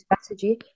strategy